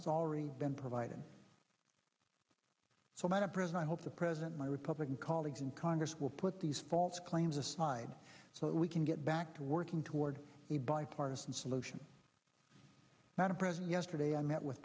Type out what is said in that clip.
already been provided so not a prison i hope the president my republican colleagues in congress will put these false claims aside so that we can get back to working toward a bipartisan solution not a present yesterday i met with